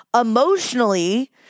Emotionally